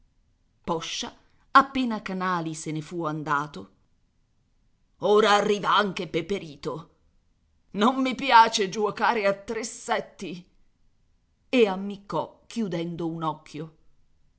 poscia appena canali se ne fu andato ora arriva anche peperito non mi piace giuocare a tressetti e ammiccò chiudendo un occhio